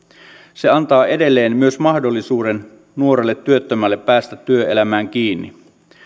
se antaa edelleen myös mahdollisuuden nuorelle työttömälle päästä työelämään kiinni